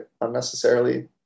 unnecessarily